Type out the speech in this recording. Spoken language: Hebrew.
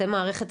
אתם מערכת,